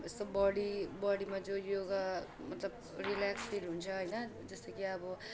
यस्तो बडी बडीमा जो योगा मतलब रिल्याक्स फिल हुन्छ होइन जस्तो कि अब